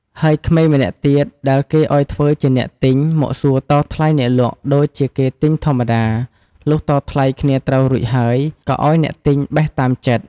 ហើយក្មេងម្នាក់ ទៀត ដែលគេឲ្យធ្វើជាអ្នកទិញមកសួរតថ្លៃអ្នកលក់ដូចជាគេទិញធម្មតា លុះតថ្លៃគ្នាត្រូវរួចហើយ ក៏ឲ្យអ្នកទិញបេះ តាមចិត្ត ។